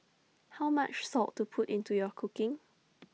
how much salt to put into your cooking